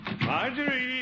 Marjorie